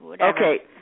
Okay